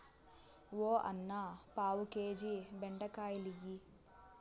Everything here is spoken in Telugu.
ఓ అన్నా, పావు కేజీ బెండకాయలియ్యి